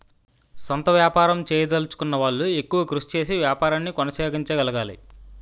సొంత వ్యాపారం చేయదలచుకున్న వాళ్లు ఎక్కువ కృషి చేసి వ్యాపారాన్ని కొనసాగించగలగాలి